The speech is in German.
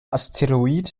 asteroid